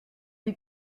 des